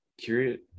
curious